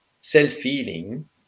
self-healing